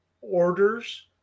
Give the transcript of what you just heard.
orders